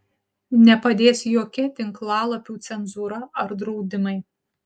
nepadės jokia tinklalapių cenzūra ar draudimai